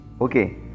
Okay